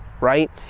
right